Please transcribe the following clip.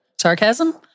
Sarcasm